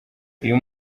uyu